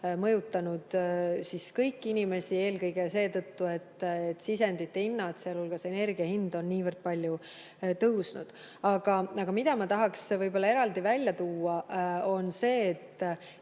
mõjutanud kõiki inimesi, eelkõige seetõttu, et sisendite hinnad, sealhulgas energiahind on niivõrd palju tõusnud. Aga mida ma tahaks võib-olla eraldi välja tuua, on see, et